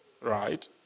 right